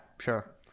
sure